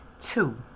two